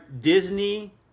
Disney